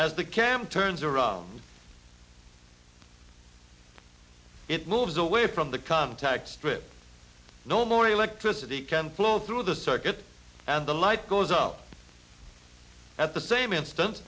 as the cam turns around it moves away from the contact strip no more electricity can flow through the circuit and the light goes out at the same instan